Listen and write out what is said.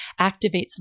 activates